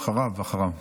אחריו, אחריו.